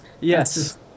Yes